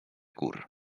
gór